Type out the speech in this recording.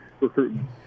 recruitment